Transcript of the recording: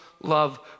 love